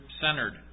centered